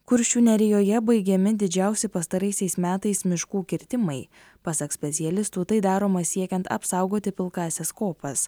kuršių nerijoje baigiami didžiausi pastaraisiais metais miškų kirtimai pasak specialistų tai daroma siekiant apsaugoti pilkąsias kopas